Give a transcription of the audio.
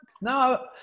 no